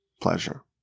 pleasure